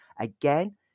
again